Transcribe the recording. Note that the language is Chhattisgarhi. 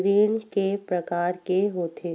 ऋण के प्रकार के होथे?